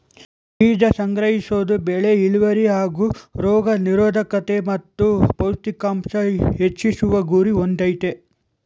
ಬೀಜ ಸಂಗ್ರಹಿಸೋದು ಬೆಳೆ ಇಳ್ವರಿ ಹಾಗೂ ರೋಗ ನಿರೋದ್ಕತೆ ಮತ್ತು ಪೌಷ್ಟಿಕಾಂಶ ಹೆಚ್ಚಿಸುವ ಗುರಿ ಹೊಂದಯ್ತೆ